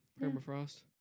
Permafrost